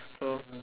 so